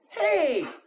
hey